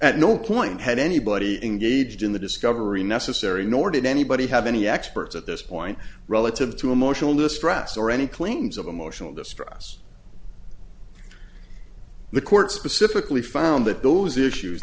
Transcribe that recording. at no point had anybody in gauged in the discovery necessary nor did anybody have any experts at this point relative to emotional distress or any claims of emotional distress the court specifically found that those issues